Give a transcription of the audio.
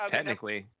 Technically